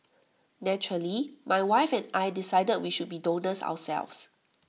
naturally my wife and I decided we should be donors ourselves